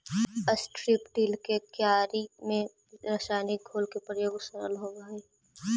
strip till के क्यारि में रसायनिक घोल के प्रयोग सरल होवऽ हई